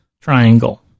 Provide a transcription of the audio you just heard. triangle